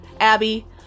Abby